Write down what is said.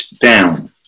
down